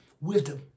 wisdom